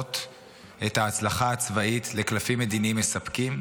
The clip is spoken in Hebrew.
לפדות את ההצלחה הצבאית לקלפים מדיניים מספקים.